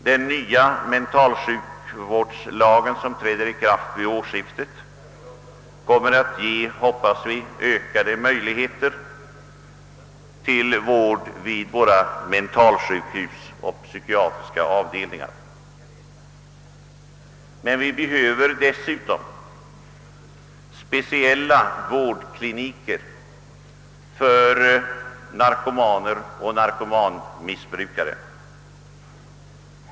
Den nya mentalsjukvårdslagen, som träder i kraft vid årsskiftet, hoppas vi kommer att ge ökade möjligheter till sådan vård, men vi behöver dessutom speciella vårdkliniker för narkomaner och narkotikamissbrukare.